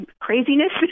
craziness